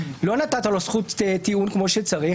לא נתת לו זכות טיעון כמו שצריך.